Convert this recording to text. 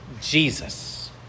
Jesus